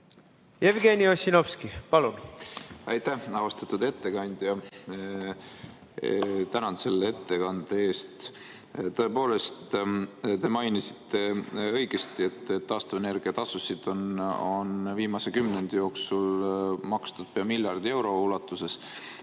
ambitsioonikam? Aitäh! Austatud ettekandja! Tänan selle ettekande eest! Tõepoolest, te mainisite õigesti, et taastuvenergia tasusid on viimase kümnendi jooksul makstud pea miljardi euro ulatuses.